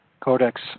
Codex